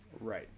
Right